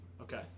Okay